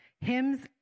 hymns